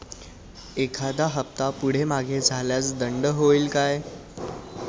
एखादा हफ्ता पुढे मागे झाल्यास दंड होईल काय?